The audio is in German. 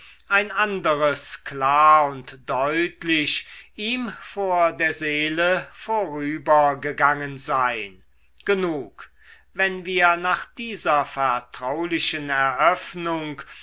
ein anderes klar und deutlich ihm vor der seele vorübergegangen sein genug wenn wir nach dieser vertraulichen eröffnung